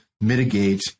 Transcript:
mitigate